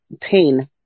pain